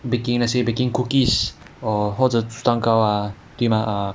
baking let's say baking cookies or 或者蛋糕 ah 对吗